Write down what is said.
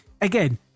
Again